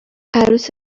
عروس